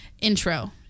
intro